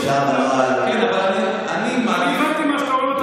נכון שאפשר בנוהל,